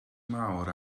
mawr